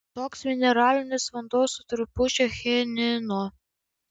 toks mineralinis vanduo su trupučiu chinino